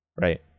Right